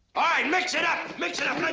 ah mix it up! mix it up!